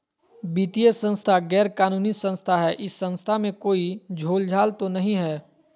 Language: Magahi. वित्तीय संस्था गैर कानूनी संस्था है इस संस्था में कोई झोलझाल तो नहीं है?